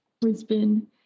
Brisbane